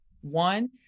One